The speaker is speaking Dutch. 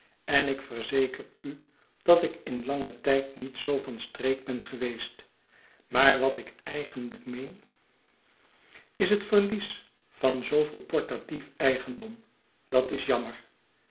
en ik verzeker u dat ik in langen tijd niet zoo van streek ben geweest maar wat ik eigenlijk meen is het verlies van zooveel portatief eigendom dat is jammer